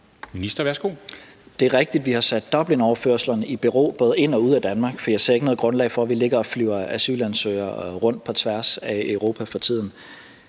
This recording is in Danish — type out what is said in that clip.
Tesfaye): Det er rigtigt, at vi har sat Dublinoverførslerne i bero både ind i og ud af Danmark, for jeg ser ikke noget grundlag for, at vi ligger og flyver asylansøgere rundt på tværs af Europa for tiden,